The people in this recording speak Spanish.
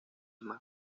más